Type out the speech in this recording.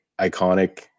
iconic